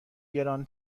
گران